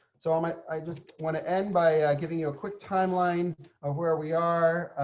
so, um, i i just want to end by giving you a quick timeline of where we are,